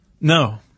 No